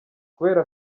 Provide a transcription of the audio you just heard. kubera